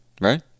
Right